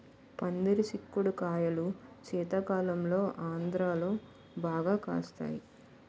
పందిరి సిక్కుడు కాయలు శీతాకాలంలో ఆంధ్రాలో బాగా కాస్తాయి